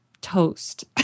Toast